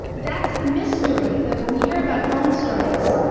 that's the mystery. when we hearabout drone strikes,